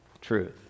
truth